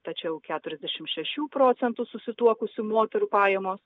tačiau keturiasdešimt šešių procentų susituokusių moterų pajamos